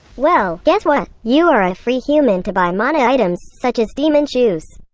well, guess what. you are a free human to buy mana items such as demon shoes.